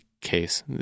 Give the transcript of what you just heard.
case